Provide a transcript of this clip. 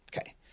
Okay